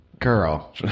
Girl